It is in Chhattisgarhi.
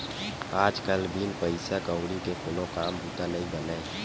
आज कल बिन पइसा कउड़ी के कोनो काम बूता नइ बनय